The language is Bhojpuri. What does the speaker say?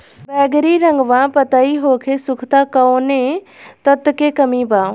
बैगरी रंगवा पतयी होके सुखता कौवने तत्व के कमी बा?